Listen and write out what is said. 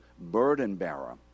burden-bearer